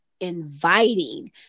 inviting